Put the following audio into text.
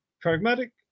pragmatic